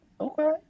okay